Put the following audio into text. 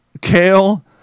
kale